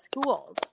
schools